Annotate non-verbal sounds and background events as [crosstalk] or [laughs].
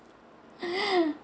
[laughs]